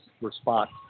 response